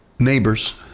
Neighbors